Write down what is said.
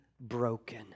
broken